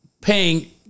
paying